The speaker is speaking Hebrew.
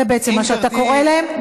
זה בעצם מה שאתה קורא להם לעשות מפה.